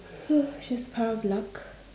she's power of luck